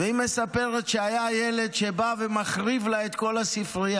והיא מספרת שהיה בא ילד שהיה מחריב לה את כל הספרייה,